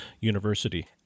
university